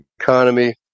economy